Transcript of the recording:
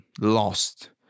lost